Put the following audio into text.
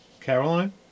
Caroline